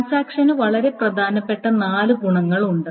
ട്രാൻസാക്ഷനു വളരെ പ്രധാനപ്പെട്ട നാല് ഗുണങ്ങളുണ്ട്